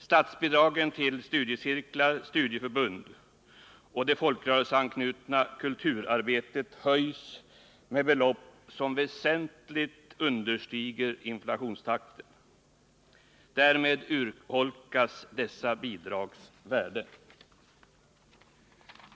Statsbidragen till studiecirklar, studieförbund och det folkrörelseanknutna kulturarbetet höjs med belopp som väsentligt understiger inflationstakten. Därmed urholkas dessa bidrags värde.